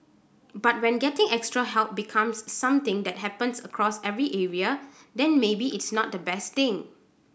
but when getting extra help becomes something that happens across every area then maybe it's not the best thing